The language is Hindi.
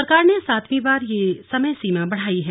सरकार ने सातवीं बार समय सीमा बढ़ाई है